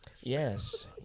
Yes